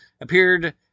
appeared